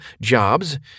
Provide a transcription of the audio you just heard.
jobs